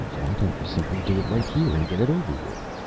why don't you simply do it right here and get it over with?